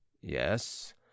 yes